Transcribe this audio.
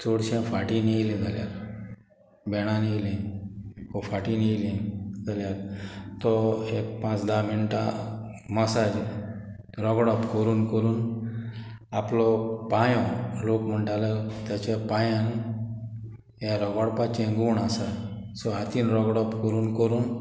चडशे फाटीन येयले जाल्यार बेणान येयले फाटीन येयले जाल्यार तो एक पांच धा मिनटां मसाज रोगडोप करून करून आपलो पांयो लोक म्हणटाले ताच्या पांयान हे रोगोडपाचें गूण आसा सो हातीन रगडोप कोरून कोरून